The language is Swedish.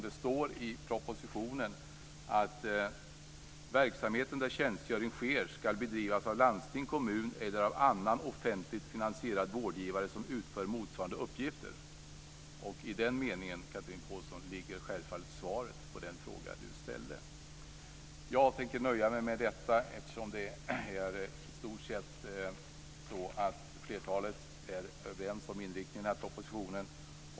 Det står i propositionen: "Verksamheten där tjänstgöring sker skall bedrivas av landsting, kommun eller av annan offentligt finansierad vårdgivare som utför motsvarande uppgifter." I den meningen, Chatrine Pålsson, ligger självfallet svaret på den fråga Chatrine Pålsson ställde. Jag tänker nöja mig med detta eftersom flertalet i stort sett är överens om inriktningen i propositionen.